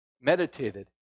meditated